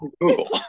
Google